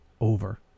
over